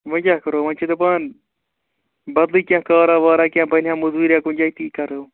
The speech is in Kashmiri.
وٕنۍ کیٛاہ کَرَو وٕ چھِ دپان بدلٕے کیٚنہہ کارا وارا کیٚنہہ بَنہِ ہے کیٚنہہ مُزوٗریا کُنہِ جایہِ تی کَرٕ ہاو